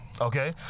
Okay